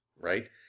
right